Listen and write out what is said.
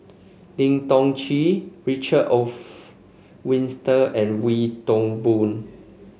Lim Tiong Ghee Richard Olaf Winstedt and Wee Toon Boon